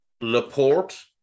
Laporte